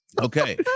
Okay